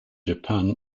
japan